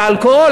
על האלכוהול,